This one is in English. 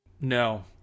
No